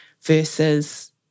versus